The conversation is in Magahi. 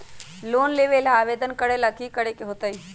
लोन लेबे ला आवेदन करे ला कि करे के होतइ?